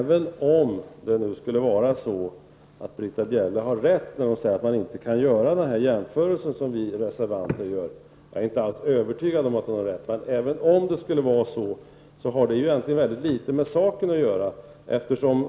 Herr talman! Även om Britta Bjelle har rätt när hon säger att det inte går att göra den jämförelse som vi reservanter gör — jag är inte övertygad om att hon har rätt — så har det egentligen litet med saken att göra.